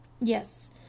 Yes